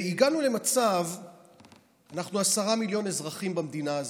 אנחנו עשרה מיליון אזרחים במדינה הזאת.